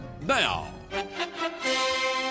now